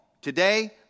Today